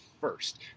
first